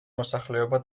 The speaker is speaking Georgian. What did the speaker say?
მოსახლეობა